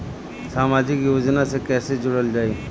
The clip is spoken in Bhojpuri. समाजिक योजना से कैसे जुड़ल जाइ?